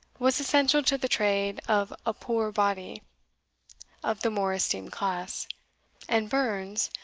was essential to the trade of a puir body of the more esteemed class and burns,